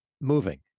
moving